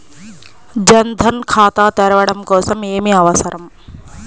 జన్ ధన్ ఖాతా తెరవడం కోసం ఏమి అవసరం?